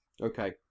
Okay